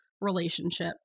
Relationship